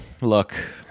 Look